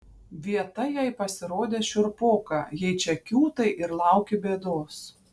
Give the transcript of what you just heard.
vieta jai pasirodė šiurpoka jei čia kiūtai ir lauki bėdos